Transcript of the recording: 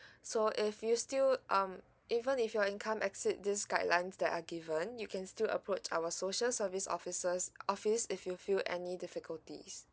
so if you still um even if your income exceed these guidelines that are given you can still approach our social service officers office if you feel any difficulties